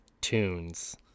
tunes